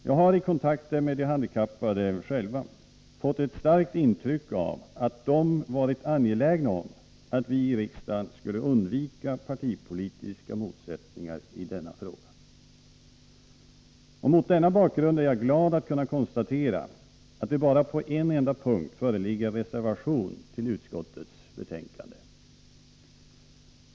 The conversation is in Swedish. Jag har i kontakter med de handikappade själva fått ett starkt intryck av att de har varit angelägna om att vi i riksdagen skulle undvika partipolitiska motsättningar i denna fråga. Mot denna bakgrund är jag glad att kunna konstatera att det bara på en enda punkt föreligger en reservation till utskottsbetänkandet.